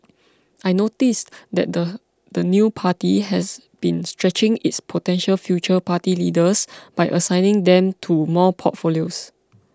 I noticed that the the new party has been stretching its potential future party leaders by assigning them to more portfolios